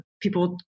people